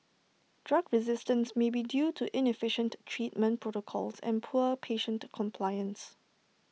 drug resistance may be due to inefficient treatment protocols and poor patient compliance